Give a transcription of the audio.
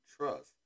trust